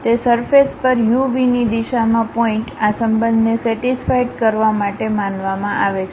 તે સરફેસ પર u v ની દિશામાં પોઇન્ટ આ સંબંધને સેટિસ્ફાઇડકરવા માટે માનવામાં આવે છે